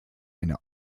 eine